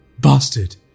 Bastard